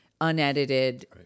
unedited